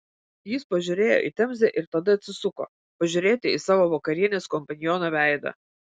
jis pažiūrėjo į temzę ir tada atsisuko pažiūrėti į savo vakarienės kompaniono veidą